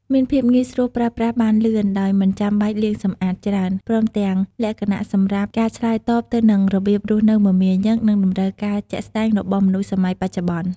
មានភាពងាយស្រួលប្រើប្រាស់បានលឿន ដោយមិនចាំបាច់លាងសម្អាតច្រើន ព្រមទាំងលក្ខណៈសម្រាប់ការឆ្លើយតបទៅនឹងរបៀបរស់នៅមមាញឹក និងតម្រូវការជាក់ស្តែងរបស់មនុស្សសម័យបច្ចុប្បន្ន។